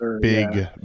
big